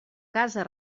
casa